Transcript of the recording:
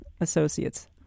Associates